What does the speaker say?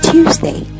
Tuesday